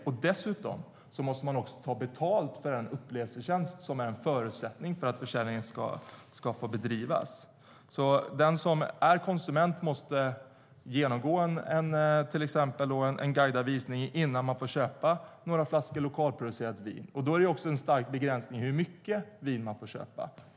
Det finns också en stark begränsning för hur mycket vin man får köpa.